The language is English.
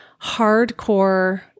hardcore